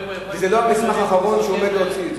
וזה לא המסמך האחרון שהוא עומד להוציא.